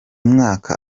mwaka